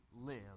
live